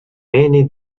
many